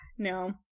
No